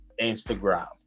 Instagram